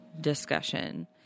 discussion